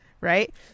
Right